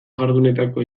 jardunetako